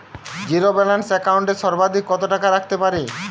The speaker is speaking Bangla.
জীরো ব্যালান্স একাউন্ট এ সর্বাধিক কত টাকা রাখতে পারি?